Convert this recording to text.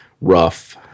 rough